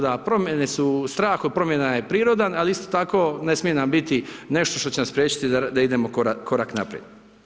Dakle, promjene su, strah od promjena je prirodan, ali isto tako, ne smije nam biti nešto što će nas spriječiti da idemo korak naprijed.